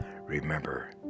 remember